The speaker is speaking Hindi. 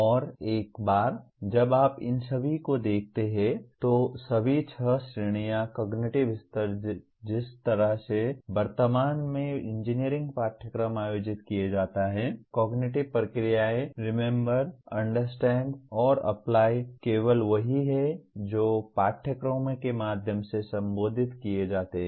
और एक बार जब आप इन सभी को देखते हैं तो सभी छह श्रेणियों कॉगनिटिव स्तर जिस तरह से वर्तमान में इंजीनियरिंग पाठ्यक्रम आयोजित किए जाते हैं कॉगनिटिव प्रक्रियाएं रिमेम्बर अंडरस्टैंड और अप्लाई केवल वही हैं जो पाठ्यक्रमों के माध्यम से संबोधित किए जाते हैं